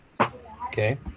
Okay